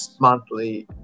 monthly